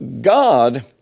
God